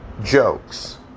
jokes